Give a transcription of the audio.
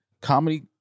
comedy